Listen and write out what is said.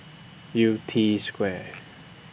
Yew Tee Square